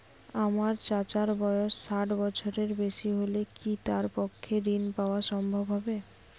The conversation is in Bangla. আমার চাচার বয়স ষাট বছরের বেশি হলে কি তার পক্ষে ঋণ পাওয়া সম্ভব হবে?